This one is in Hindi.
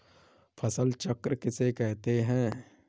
फसल चक्र किसे कहते हैं?